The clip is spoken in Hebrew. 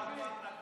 לא חבל?